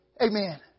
Amen